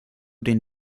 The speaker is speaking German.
den